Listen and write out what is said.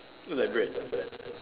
like bread